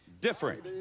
different